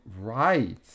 right